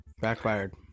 Backfired